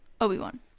Obi-Wan